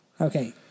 Okay